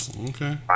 Okay